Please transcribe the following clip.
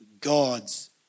God's